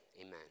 Amen